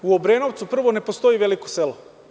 U Obrenovcu, prvo, ne postoji „veliko selo“